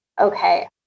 okay